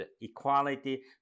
equality